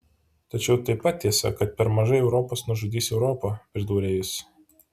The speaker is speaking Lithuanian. tačiau taip pat tiesa kad per mažai europos nužudys europą pridūrė jis